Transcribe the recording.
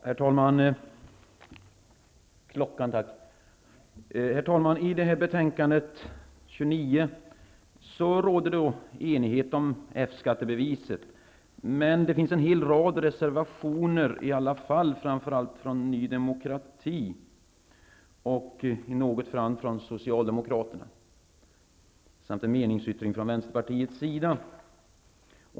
Herr talman! I betänkande SkU29 råder enighet om F-skattebeviset. Men det finns i varje fall en hel rad reservationer, åtminstone från Ny demokrati och i något fall från Socialdemokraterna, samt en meningsyttring från Vänsterpartiet.